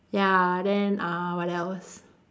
ya then uh what else